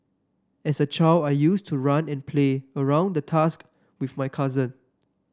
as a child I used to run and play around the tusk with my cousins